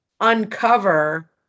uncover